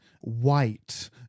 White